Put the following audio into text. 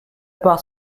part